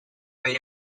way